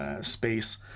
Space